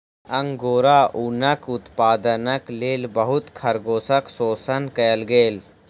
angora ऊनक उत्पादनक लेल बहुत खरगोशक शोषण कएल गेल